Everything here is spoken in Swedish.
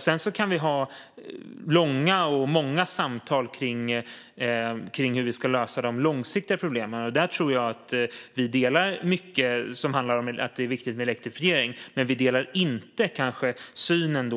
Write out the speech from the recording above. Sedan kan vi ha långa och många samtal om hur vi ska lösa de långsiktiga problemen. Där tror jag att vi delar mycket som handlar om att det är viktigt med elektrifiering. Men vi delar uppenbarligen inte synen